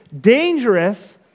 dangerous